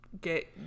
get